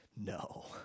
No